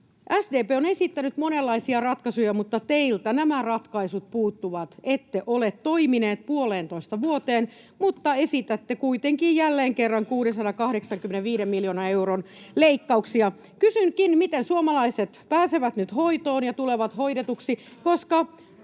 SDP on esittänyt monenlaisia ratkaisuja, mutta teiltä nämä ratkaisut puuttuvat. Ette ole toimineet puoleentoista vuoteen, mutta esitätte kuitenkin jälleen kerran 685 miljoonan euron leikkauksia. Kysynkin: miten suomalaiset pääsevät nyt hoitoon ja tulevat hoidetuiksi, koska